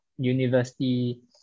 university